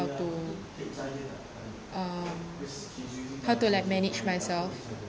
how to um how to like manage myself